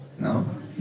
No